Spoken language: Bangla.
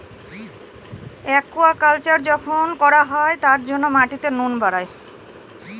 একুয়াকালচার যখন করা হয় তার জন্য মাটিতে নুন বাড়ায়